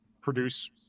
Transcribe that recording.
produce –